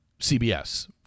CBS